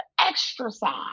exercise